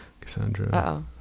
Cassandra